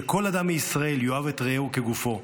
שכל אדם בישראל יאהב את רעהו כגופו.